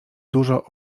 dużo